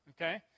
okay